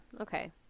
Okay